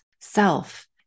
self